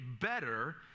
better